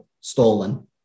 stolen